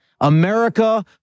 America